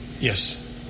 Yes